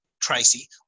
Tracy